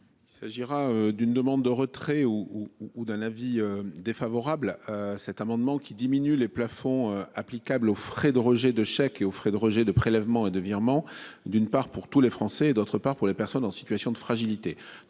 Il s'agira d'une demande de retrait ou d'un avis défavorable à cet amendement qui diminue les plafonds applicables aux frais de rejet de chèque et aux frais de rejets de prélèvements et de virements. D'une part pour tous les Français et d'autre part pour les personnes en situation de fragilité.